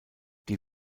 die